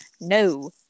no